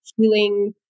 Healing